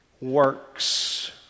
works